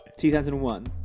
2001